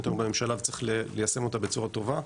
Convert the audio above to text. היום בממשלה וצריך ליישם אותה בצורה טובה.